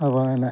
അപ്പം പിന്നെ